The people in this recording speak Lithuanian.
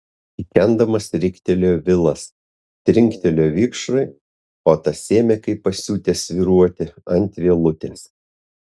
kikendamas riktelėjo vilas trinktelėjo vikšrui o tas ėmė kaip pasiutęs svyruoti ant vielutės